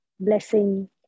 blessing